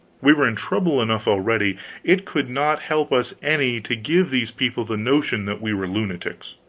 we were in trouble enough already it could not help us any to give these people the notion that we were lunatics.